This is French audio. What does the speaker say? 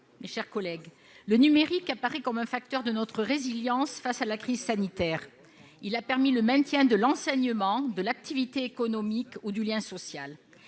mes chers collègues, le numérique apparaît comme un facteur de notre résilience face à la crise sanitaire. Il a permis le maintien de l'enseignement, de l'activité économique ou du lien social.